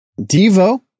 Devo